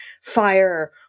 fire